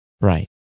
Right